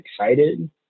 excited